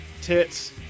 tits